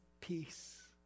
peace